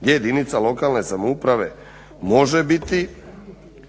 gdje jedinica lokalne samouprave može biti